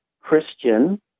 Christian